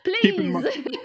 please